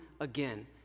again